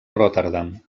rotterdam